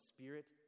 Spirit